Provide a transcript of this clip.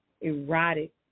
erotic